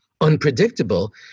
unpredictable